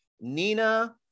Nina